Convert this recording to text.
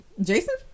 Jason